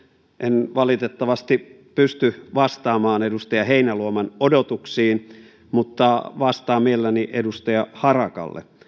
en valitettavasti pysty vastaamaan edustaja heinäluoman odotuksiin mutta vastaan mielelläni edustaja harakalle